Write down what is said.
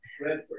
Redford